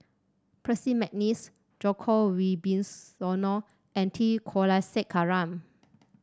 Percy McNeice Djoko Wibisono and T Kulasekaram